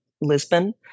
Lisbon